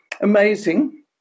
Amazing